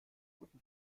guten